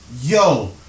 Yo